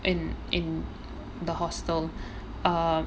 in in the hostel err